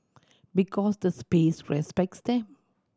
because the space respects them